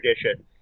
tradition